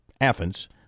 Athens